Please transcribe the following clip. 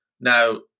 Now